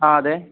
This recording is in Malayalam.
ആ അതെ